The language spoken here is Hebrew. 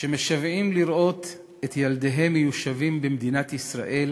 שמשוועים לראות את ילדיהם מיושבים במדינת ישראל